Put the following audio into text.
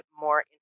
more